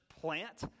plant